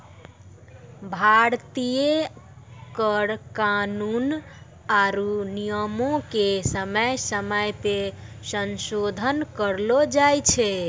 भारतीय कर कानून आरु नियमो के समय समय पे संसोधन करलो जाय छै